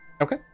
Okay